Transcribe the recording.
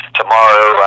tomorrow